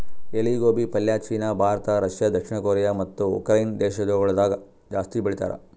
ಎಲಿ ಗೋಬಿ ಪಲ್ಯ ಚೀನಾ, ಭಾರತ, ರಷ್ಯಾ, ದಕ್ಷಿಣ ಕೊರಿಯಾ ಮತ್ತ ಉಕರೈನೆ ದೇಶಗೊಳ್ದಾಗ್ ಜಾಸ್ತಿ ಬೆಳಿತಾರ್